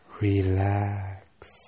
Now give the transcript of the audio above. relax